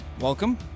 Welcome